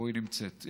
נמצאת,